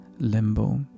limbo